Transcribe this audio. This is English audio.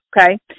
okay